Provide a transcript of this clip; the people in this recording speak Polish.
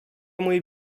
mój